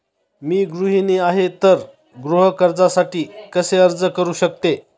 मी गृहिणी आहे तर गृह कर्जासाठी कसे अर्ज करू शकते?